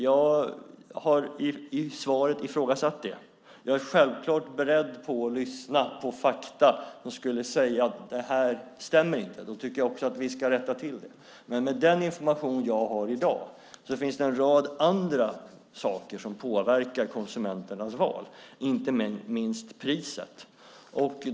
Jag har i svaret ifrågasatt det. Jag är självklart beredd att lyssna på fakta som säger att detta inte stämmer. Då ska vi rätta till det. Men med den information jag har i dag finns det en rad andra saker som påverkar konsumenternas val, inte minst priset.